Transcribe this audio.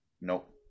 Nope